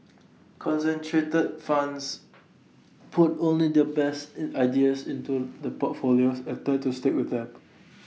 concentrated funds put only their best in ideas into the portfolios and tend to stick with them